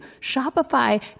Shopify